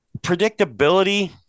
predictability